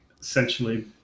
essentially